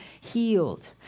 healed